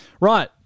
Right